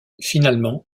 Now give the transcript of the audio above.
finalement